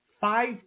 five